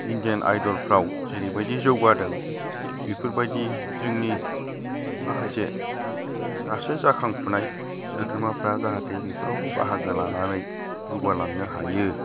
Indian आयडलफ्राव जेरैबायदि जौगादों थिग बेफोरबायदि जोंनि माखासे दासो जाखांफुनाय सोद्रोमाफ्रा जाहाथे बेफोरावबो बाहागो लानानै जौगा लांनो हायो